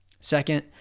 Second